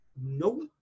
No